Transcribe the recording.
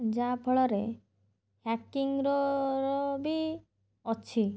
ଯାହାଫଳରେ ହ୍ୟାକିଂର ବି ଅଛି